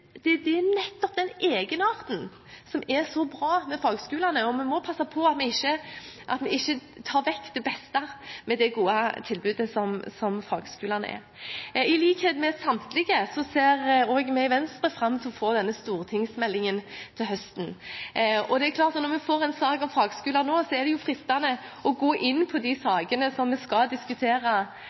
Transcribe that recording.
men det er nettopp den egenarten som er så bra med fagskolene, og vi må passe på at vi ikke tar vekk det beste ved det gode tilbudet som fagskolene er. I likhet med samtlige andre partier ser også vi i Venstre fram til å få denne stortingsmeldingen til høsten. Når vi får en sak om fagskolene nå, er det klart at det er fristende å gå inn på de sakene som vi skal diskutere